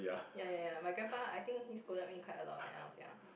ya ya ya my grandpa I think he scolded me quite a lot when I was young